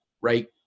right